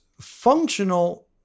functional